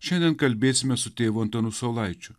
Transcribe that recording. šiandien kalbėsime su tėvu antanu saulaičiu